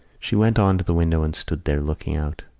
she went on to the window and stood there, looking out.